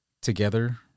together